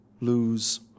lose